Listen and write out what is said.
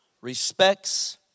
respects